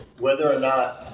whether or not